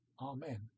Amen